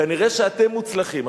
כנראה אתם מוצלחים, כנראה אתם מוצלחים.